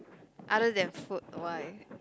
other than food why